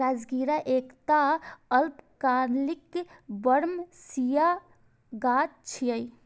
राजगिरा एकटा अल्पकालिक बरमसिया गाछ छियै